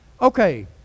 okay